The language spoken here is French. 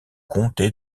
comté